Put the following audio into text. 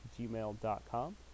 gmail.com